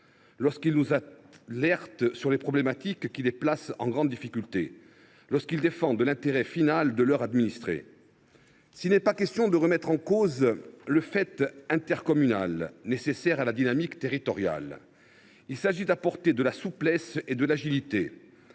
lorsqu’ils nous alertent sur les problématiques qui les mettent en grande difficulté et lorsqu’ils défendent l’intérêt final de leurs administrés. S’il n’est pas question de remettre en cause le fait intercommunal, nécessaire à la dynamique territoriale, il s’agit d’apporter de la souplesse et de l’agilité